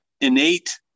innate